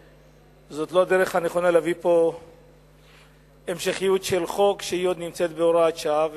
זו לא הדרך הנכונה להביא המשכיות של חוק שנמצא עוד בהוראת שעה.